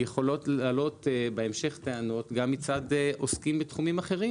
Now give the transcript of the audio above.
יכולות לעלות בהמשך טענות גם מצד עוסקים בתחומים אחרים,